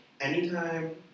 anytime